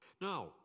Now